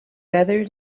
better